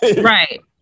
right